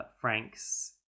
Franks